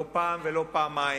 לא פעם ולא פעמיים